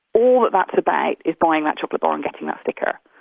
all that that's about is buying that chocolate bar and getting that sticker,